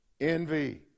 envy